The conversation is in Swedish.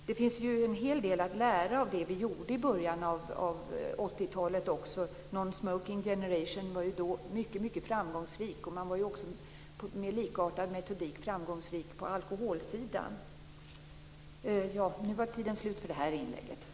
Det finns ju en hel del att lära av det vi gjorde i början av 80-talet också; organisationen Non-Smoking Generation var ju då mycket framgångsrik, och man var ju också, med likartad metodik, framgångsrik på alkoholsidan. Ja, nu var talartiden slut för det här inlägget!